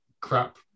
crap